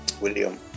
william